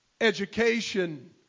education